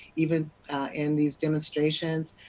even in these demonstrations,